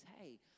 hey